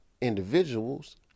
individuals